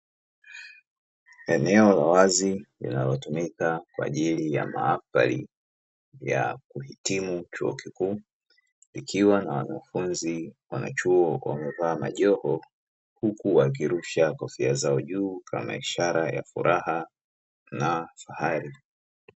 Eneo la wazi linalotumika kwa ajili ya mahafali ya kuhitimu chuo kikuu, likiwa na wanafunzi wa chuo wakiwa wamevaa majoho, huku wakirusha kofia zao juu ishara ya furaha na fahari.